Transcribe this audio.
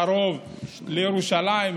קרוב לירושלים,